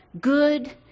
good